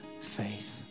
faith